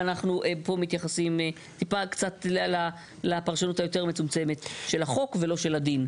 ואנחנו פה מתייחסים קצת לפרשנות היותר מצומצמת של החוק ולא של הדין.